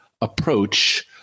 approach